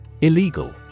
Illegal